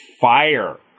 fire